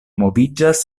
moviĝas